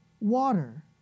water